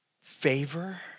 favor